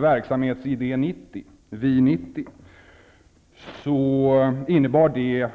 Verksamhetsidé 90 innebar det